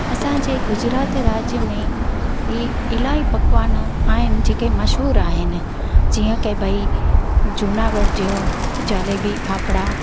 असांजे गुजरात राज्य में ई इलाही पकवान आहिनि जेके मशहूरु आहिनि जीअं की भई जूनागढ़ जो जलेबी फाफड़ा